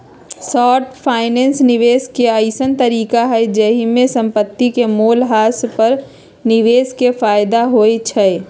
short finance निवेश के अइसँन तरीका हइ जाहिमे संपत्ति के मोल ह्रास पर निवेशक के फयदा होइ छइ